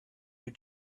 had